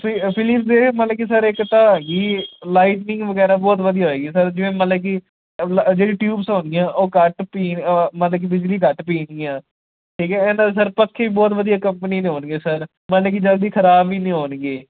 Philips ਦੇ ਮਤਲਬ ਕਿ ਸਰ ਇੱਕ ਤਾਂ ਹੈਗੀ ਲਾਈਟਨਿੰਗ ਵਗੈਰਾ ਬਹੁਤ ਵਧੀਆ ਹੋਵੇਗੀ ਸਰ ਜਿਵੇਂ ਮਤਲਬ ਕਿ ਜਿਹੜੀ ਟਿਊਬਸ ਹੋਣਗੀਆਂ ਉਹ ਘੱਟ ਪੀ ਮਤਲਬ ਕਿ ਬਿਜਲੀ ਘੱਟ ਪੀਣਗੀਆਂ ਠੀਕ ਹੈ ਇਹਨਾ ਦਾ ਤਾਂ ਸਰ ਪੱਖੇ ਵੀ ਬਹੁਤ ਵਧੀਆ ਕੰਪਨੀ ਦੇ ਹੋਣਗੇ ਸਰ ਮਤਲਬ ਕਿ ਜਲਦੀ ਖ਼ਰਾਬ ਵੀ ਨਹੀਂ ਹੋਣਗੇ